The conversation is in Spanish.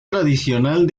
tradicional